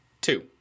Two